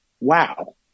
Wow